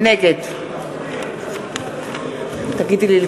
נגד טוב, אנחנו